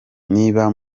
niba